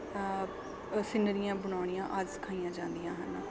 ਸੀਨਰੀਆਂ ਬਣਾਉਣੀਆਂ ਆਦਿ ਸਿਖਾਈਆਂ ਜਾਂਦੀਆਂ ਹਨ